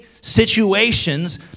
situations